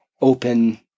open